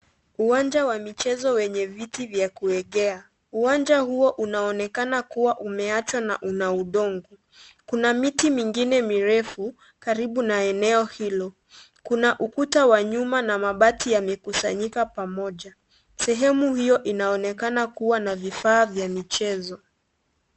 Uwanja wa michezo wenye viti vya kuegea, uwanja huo unaonekana kuwa umeachwa na kuna udongo kuna miti mingine mirefu karibu na eneo hilo, kuna ukuta wa nyuma na mabati yamekusanyika pamoja sehemu hiyo inaonekana kuwa na vifaa vya michezo.